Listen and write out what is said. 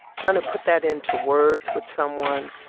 trying to put that into words with someone